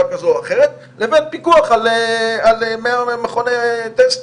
כזו או אחרת לבין פיקוח על 100 מכוני טסטים.